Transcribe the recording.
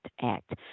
Act